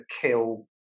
kill